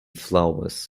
flowers